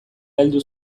heldu